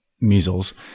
measles